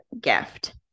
gift